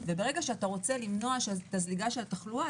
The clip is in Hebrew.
ברגע שאתה רוצה למנוע זליגה של תחלואה,